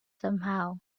somehow